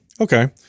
Okay